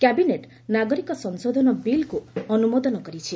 cabinet ନାଗରିକ ସଂଶୋଧନ ବିଲ୍କୁ ଅନୁମୋଦନ କରିଛି